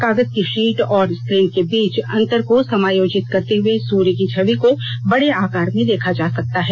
कागज की शीट और स्क्रीन के बीच अंतर को समायोजित करते हुए सूर्य की छवि को बड़े आकार में देखा जा सकता है